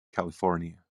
california